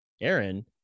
Aaron